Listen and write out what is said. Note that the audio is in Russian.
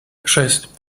шесть